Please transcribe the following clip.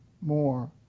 more